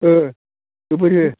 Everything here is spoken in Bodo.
ओह गोबोर हो